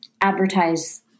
advertise